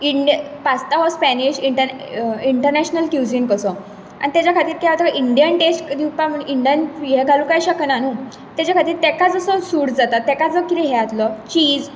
end pasta हो Spanish इटा international cuisine कसो आनी तेज्या खातीर ते आता इंडियन टेस्ट दिवपाक म्हण इंडियन हें घालूं कांय शकना नू तेज्या खातीर तेका जसो सूट जाता तेका जे कितें हे जातलो चिज